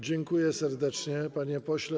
Dziękuję serdecznie, panie pośle.